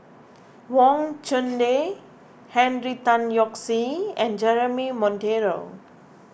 Wang Chunde Henry Tan Yoke See and Jeremy Monteiro